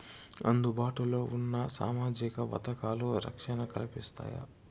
అందుబాటు లో ఉన్న సామాజిక పథకాలు, రక్షణ కల్పిస్తాయా?